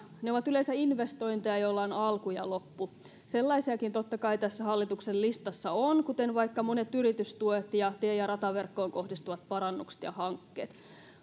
ovat yleensä investointeja joilla on alku ja loppu sellaisiakin totta kai tässä hallituksen listassa on kuten vaikka monet yritystuet ja tie ja rataverkkoon kohdistuvat parannukset ja hankkeet